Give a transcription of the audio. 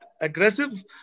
aggressive